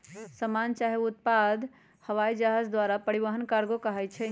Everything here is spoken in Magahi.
समान चाहे उत्पादों के पनीया जहाज चाहे हवाइ जहाज द्वारा परिवहन कार्गो कहाई छइ